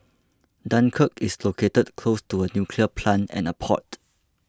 dunkirk is located close to a nuclear plant and a port